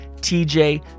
TJ